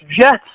Jets